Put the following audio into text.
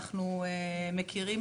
אנחנו מכירים